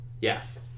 yes